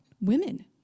women